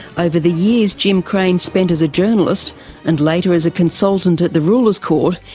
over the years jim krane spent as a journalist and later as a consultant at the ruler's court,